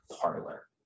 parlor